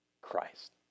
Christ